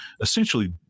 essentially